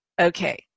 okay